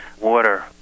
water